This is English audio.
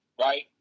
right